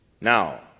Now